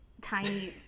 tiny